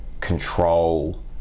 control